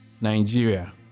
Nigeria